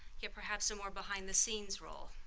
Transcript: yet perhaps a more behind-the-scenes role.